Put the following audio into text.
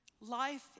Life